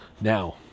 Now